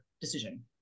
decision